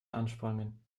ansprangen